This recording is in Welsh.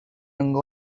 yng